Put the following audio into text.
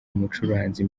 umucuranzi